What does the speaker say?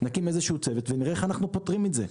נקים איזה שהוא צוות ונראה איך אנחנו פותרים את זה.